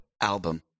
album